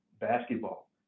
basketball